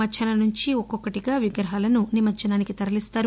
మధ్యాహ్నం నుంచి ఒక్కొక్కటిగా విగ్రహాలను నిమజ్జనానికి తరలిస్తారు